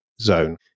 zone